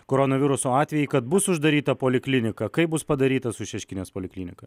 koronaviruso atvejį kad bus uždaryta poliklinika kaip bus padaryta su šeškinės poliklinika